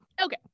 Okay